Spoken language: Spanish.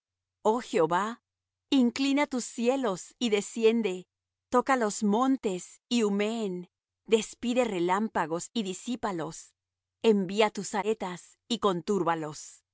oh jehová inclina tus cielos y desciende toca los montes y humeen despide relámpagos y disípalos envía tus saetas y contúrbalos envía tu